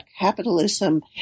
capitalism